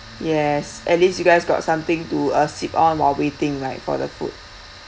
yes at least you guys got something to uh sip on while waiting right for the food